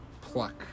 pluck